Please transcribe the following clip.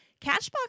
Cashbox